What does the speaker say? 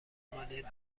مالیات